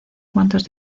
cuantos